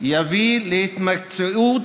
יביא להתמקצעות,